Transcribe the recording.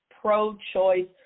pro-choice